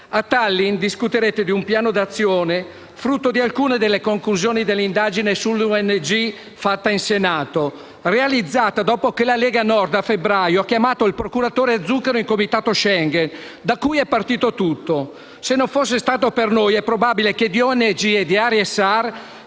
A Tallin discuterete di un piano d'azione frutto di alcune conclusioni dell'indagine sulle ONG fatta in Senato, realizzata dopo che la Lega Nord a febbraio ha chiamato il procuratore Zuccaro in Comitato Schengen, da dove è partito tutto. Se non fosse stato per noi è probabile che di ONG e di aree SAR